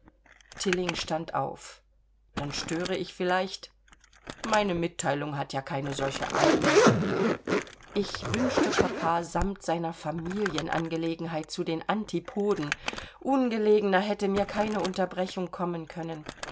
tilling stand auf dann störe ich vielleicht meine mitteilung hat ja keine solche eile ich wünschte papa samt seiner familienangelegenheit zu den antipoden ungelegener hätte mir keine unterbrechung kommen können